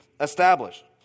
established